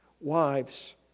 Wives